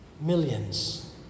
millions